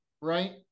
right